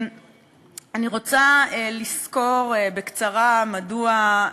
אני רוצה לסקור בקצרה מדוע,